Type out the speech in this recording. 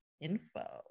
info